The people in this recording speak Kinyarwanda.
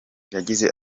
yagize